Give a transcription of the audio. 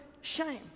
shame